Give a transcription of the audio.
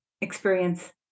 experience